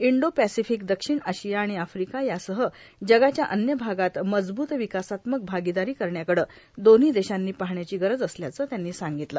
Indo Pacific दक्षिण आशिया आणि आफ्रिका यासह जगाच्या अन्य भागात मजबूत विकासात्मक भागीदारी करण्याकडे दोन्ही देशांनी पाहण्याची गरज असल्याचे त्यांनी सांगितले